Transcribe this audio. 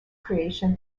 creation